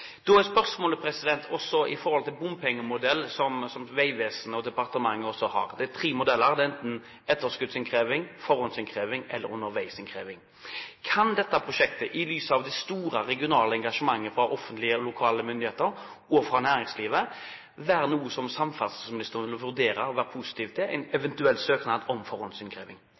departementet også har – det er tre modeller, enten etterskuddsinnkreving, forhåndsinnkreving eller underveisinnkreving: Kan samferdselsministeren, i lys av det store regionale engasjementet fra offentlige lokale myndigheter og fra næringslivet, vurdere å være positiv til en eventuell søknad om